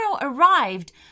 arrived